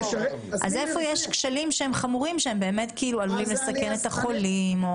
אז איפה יש כשלים שהם חמורים שהם באמת עלולים לסכן את החולים?